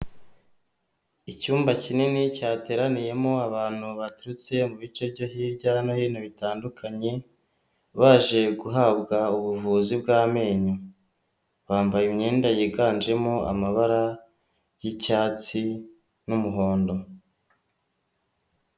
Icyumba kinini cyateraniyemo abantu baturutse mu bice byo hirya no hino bitandukanye, baje guhabwa ubuvuzi bw'amenyo bambaye imyenda yiganjemo amabara y'icyatsi n'umuhondo.